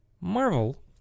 Marvel